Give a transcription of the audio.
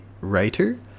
writer